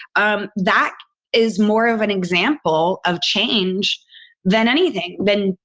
um that is more of an example of change than anything then,